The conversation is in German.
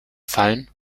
fallen